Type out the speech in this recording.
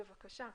בבקשה.